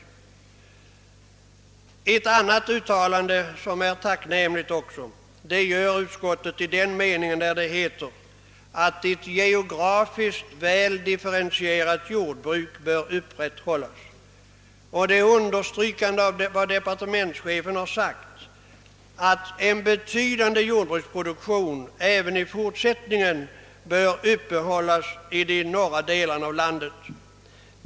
Ett annat uttalande som också är tacknämligt gör utskottet i den mening där det framhåller betydelsen av att »en geografiskt väl differentierad jordbruksproduktion upprätthålls». Utskottet understryker också departementschefens uttalande att en betydande jordbruksproduktion även i fortsättningen bör upprätthållas i de norra delarna av landet.